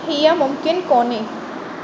हीअं मुमकिन कोन्हे